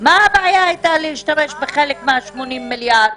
מה הבעיה הייתה להשתמש בחלק מה-80 מיליארד?